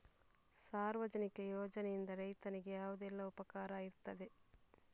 ಸಾರ್ವಜನಿಕ ಯೋಜನೆಯಿಂದ ರೈತನಿಗೆ ಯಾವುದೆಲ್ಲ ಉಪಕಾರ ಇರ್ತದೆ?